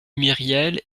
myriel